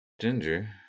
Ginger